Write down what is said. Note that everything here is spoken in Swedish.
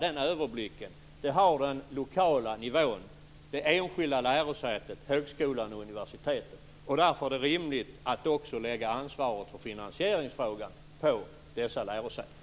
Den överblicken har man bara på den lokala nivån, på det enskilda lärosätet, på högskolan eller universitetet. Därför är det rimligt att också lägga ansvaret i finansieringsfrågan på dessa lärosäten.